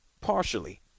Partially